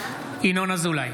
(קורא בשמות חברי הכנסת) ינון אזולאי,